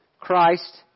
Christ